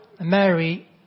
Mary